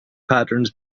patterns